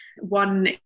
one